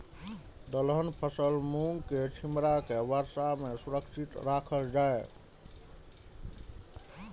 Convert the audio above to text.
दलहन फसल मूँग के छिमरा के वर्षा में सुरक्षित राखल जाय?